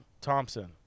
Thompson